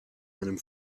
meinem